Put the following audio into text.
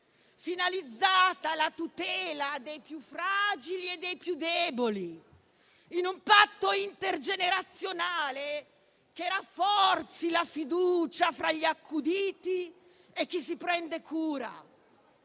finalizzata alla tutela dei più fragili e dei più deboli, in un patto intergenerazionale che rafforzi la fiducia fra gli accuditi e chi se ne prende cura: